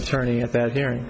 attorney at that hearing